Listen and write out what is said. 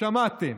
שמעתם.